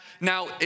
Now